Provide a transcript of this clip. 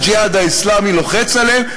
"הג'יהאד האסלאמי" לוחץ עליהם.